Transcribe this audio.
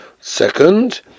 Second